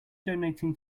donating